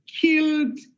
killed